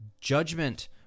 judgment